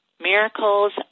Miracles